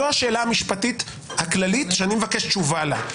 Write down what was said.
זו השאלה המשפטית הכללית שאני מבקש תשובה לה.